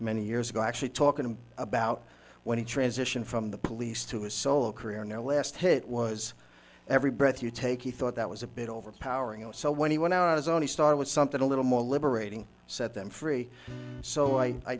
many years ago actually talking about when he transition from the police to his solo career and their last hit was every breath you take he thought that was a bit overpowering and so when he when i was only started something a little more liberating set them free so i